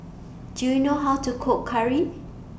Do YOU know How to Cook Curry